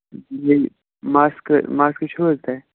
بیٚیہِ ماسکہٕ ماسکہٕ چھَوا تۄہہِ